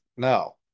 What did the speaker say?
No